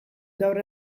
gaur